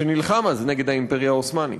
שנלחם אז נגד האימפריה העות'מאנית.